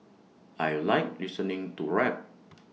I Like listening to rap